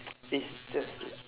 it's just like